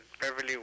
Beverly